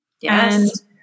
Yes